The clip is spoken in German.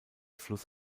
fluss